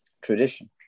tradition